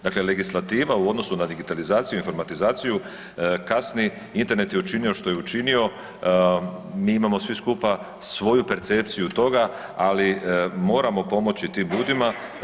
Dakle, legislativa u odnosu na digitalizaciju, informatizaciju kasni, Internet je učinio što je učinio, mi imamo svi skupa svoju percepciju toga, ali moramo pomoći tim ljudima.